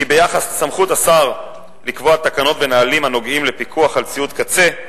כי ביחס לסמכות השר לקבוע תקנות ונהלים הנוגעים לפיקוח על ציוד קצה,